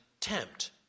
tempt